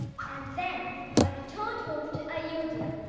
and then i returned home to ayodhya,